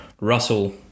Russell